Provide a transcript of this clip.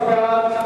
15 בעד,